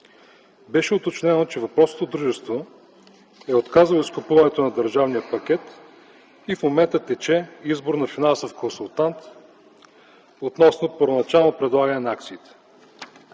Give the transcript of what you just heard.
Беше уточнено, че въпросното дружество е отказало изкупуването на държавния пакет и в момента тече избор на финансов консултант относно първоначално предлагане на акциите.